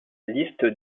liste